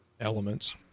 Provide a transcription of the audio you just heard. elements